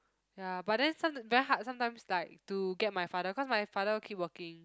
ya but then some very hard sometimes like to get my father cause my father keep working